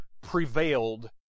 prevailed